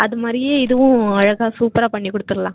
அது மாதிரியே இதுவும் அழகாக சூப்பராக பண்ணி கொடுத்துர்லாம்